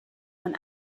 man